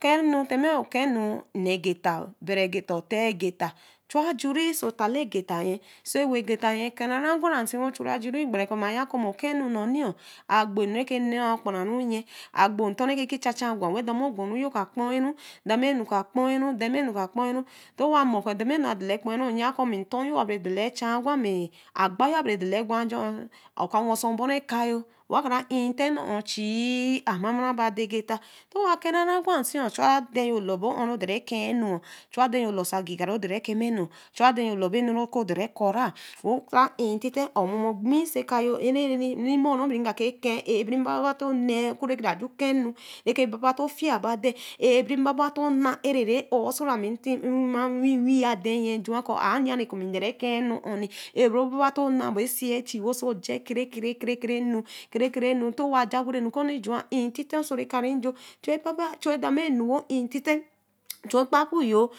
okehuu tima okehnu nnee gita obere gita oteo gita chu ajuri oso taale gita so ɛro gita kee-ɛh gwara si we chu ajuri gbere kɔ̃ ma ya kɔ̃ okehwu ɛh agbo ɛnu reke nee ogboru-ɛh nyii agbo nto reke ke jaajaa gwa we dema ogboru-ɛh ka kpooh-ɛh demanu ka kpooh-ɛh dema nu ka kpoona ao-wa mo kɔ̃ demanu a dala be kpooh-ɛh ya kɔ̃ nto-u abue dala ɛcha gwa ma agba yo abre dala ɛgwa ajo-oh a ‘ow oka wwsor oboru ɛka-u reba krs intite-e nno-ũ chii a mara ɛbe adae gita ntowa keeh-ɛh gwa nsi chu eden yõu lobo on rodori ɛkeuu chu ɛden-ɛh loso agiga rodoru-u ɛkema nu chu adeh lobo ɛnu roko odori a kura-ɛh we kra intite a'oh momo gbii oso ɛke-ɛh ɛra-a remoru be re ka ke-ɛh ɛkeeh a’ ah’ be baba tou nee oku ke kra ju okehuu reke bab to fii ba aden a’ ah’ be baba to naa ɛ-ra rami oso ami ti wii aden nyii ju kɔ̃ a yee kɔ̃ ma ndoru ɛkehuu oh ni robaba to naa be ɛsi ɛchi wo so cha ɛkere kere krekrenu ntowa cha ogoru nu kum ju intite oso ɛka-rejo chu babe chu demanu we intite so ɛka rejoo we intite chu kpako-ɛh